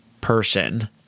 person